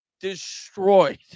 destroyed